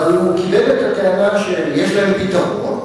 אבל הוא קיבל את הטענה שיש להם פתרון.